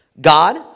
God